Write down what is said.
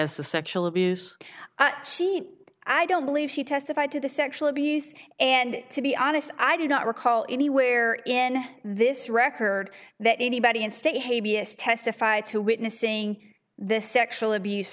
to sexual abuse she i don't believe she testified to the sexual abuse and to be honest i do not recall anywhere in this record that anybody in state hey b s testified to witnessing this sexual abuse